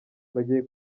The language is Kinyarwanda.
bagiye